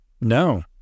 No